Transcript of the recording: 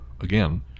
again